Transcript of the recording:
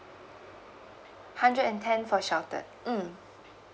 hundred and ten for sheltered mm